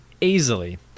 easily